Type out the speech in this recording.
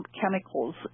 chemicals